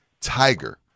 Tiger